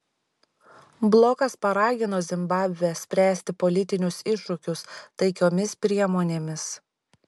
blokas paragino zimbabvę spręsti politinius iššūkius taikiomis priemonėmis